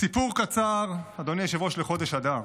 סיפור קצר, אדוני היושב-ראש, לחודש אדר.